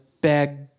bag